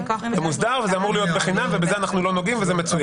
מוסדר ואמור להיות בחינם ובזה אנחנו לא נוגעים וזה מצוין.